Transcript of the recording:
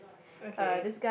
okay